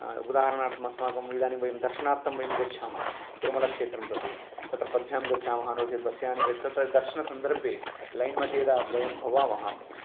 उदाहरणार्थम् अस्माकम् इदानीं वयं दर्शनार्थं वयं गच्छामः तिरुमलाक्षेत्रं प्रति तत्र पद्भ्यां गच्छामः नो चेत् बस्याने तत्र दर्शनसन्दर्भे लैन् मध्ये यदा वयं भवामः